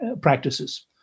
practices